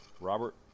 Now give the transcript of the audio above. Robert